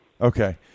Okay